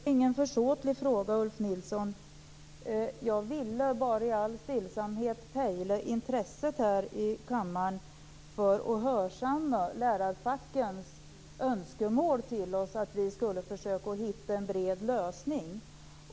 Fru talman! Jag ställde inte någon försåtlig fråga, Ulf Nilsson. Jag ville bara i all stillsamhet pejla intresset i kammaren för att hörsamma lärarfackens önskemål att hitta en bred lösning.